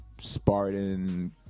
Spartan